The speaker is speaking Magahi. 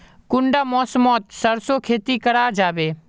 कुंडा मौसम मोत सरसों खेती करा जाबे?